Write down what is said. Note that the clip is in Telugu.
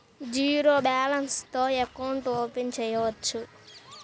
జీరో బాలన్స్ తో అకౌంట్ ఓపెన్ చేయవచ్చు?